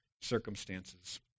circumstances